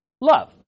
Love